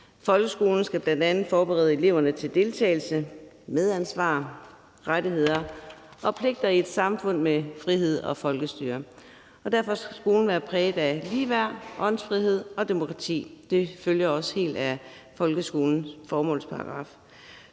Folkeskolen skal bl.a. forberede eleverne på deltagelse, medansvar, rettigheder og pligter i et samfund med frihed og folkestyre. Derfor skal skolen være præget af ligeværd, åndsfrihed og demokrati. Det følger også helt af folkeskolens formålsparagraf.